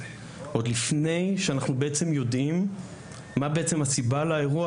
עוד לפני שאנחנו בעצם יודעים מה הסיבה לאירוע